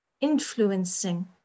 influencing